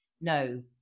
no